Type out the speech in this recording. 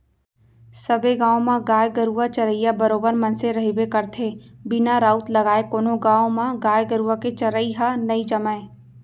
सबे गाँव म गाय गरुवा चरइया बरोबर मनसे रहिबे करथे बिना राउत लगाय कोनो गाँव म गाय गरुवा के चरई ह नई जमय